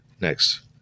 Next